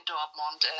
Dortmund